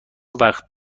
وقت